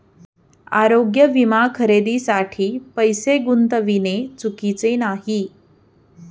आरोग्य विमा खरेदीसाठी पैसे गुंतविणे चुकीचे नाही